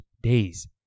days